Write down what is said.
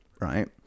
right